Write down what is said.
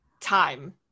time